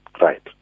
Right